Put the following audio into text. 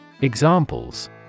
Examples